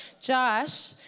Josh